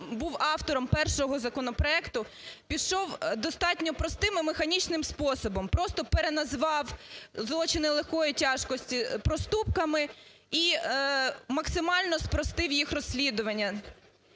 був автором першого законопроекту пішов достатньо простим і механічним способом, просто переназвав злочини легкої тяжкості проступками і максимально спростив їх розслідування.